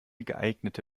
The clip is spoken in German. geeignete